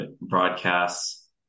broadcasts